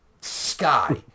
sky